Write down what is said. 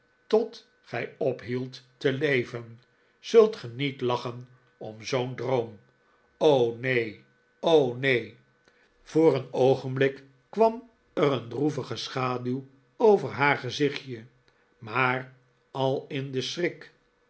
tot traddles geluk gij ophieldt te leven zult ge niet lachen om zoo'n droom neen o neen voor een oogenblik kwam er een droevige schaduw over haar gezichtje maar al in den schrik